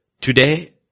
today